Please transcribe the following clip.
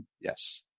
Yes